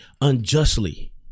unjustly